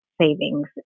savings